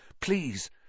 Please